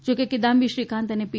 જોકે કિદામ્બી શ્રીકાંત અને પી